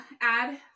add